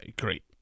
great